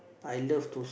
I love to